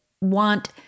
want